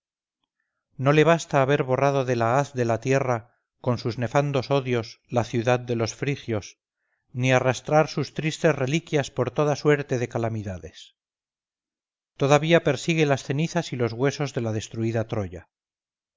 no le basta haber borrado de la haz de la tierra con sus nefandos odios la ciudad de los frigios ni arrastrar sus tristes reliquias por toda suerte de calamidades todavía persigue las cenizas y los huesos de la destruida troya